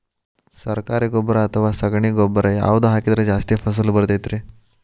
ಸರಕಾರಿ ಗೊಬ್ಬರ ಅಥವಾ ಸಗಣಿ ಗೊಬ್ಬರ ಯಾವ್ದು ಹಾಕಿದ್ರ ಜಾಸ್ತಿ ಫಸಲು ಬರತೈತ್ರಿ?